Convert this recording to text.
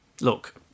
Look